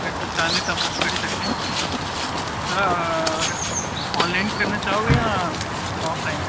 तुस चाह्न्ने तां बुक करी सकदे सर आनलाइन करना चाह्गेओ जां आफलाइन